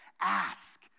Ask